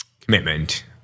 commitment